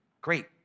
Great